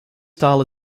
style